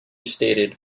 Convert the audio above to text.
stated